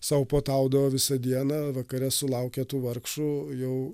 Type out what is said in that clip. sau puotaudavo visą dieną vakare sulaukė tų vargšų jau